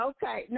Okay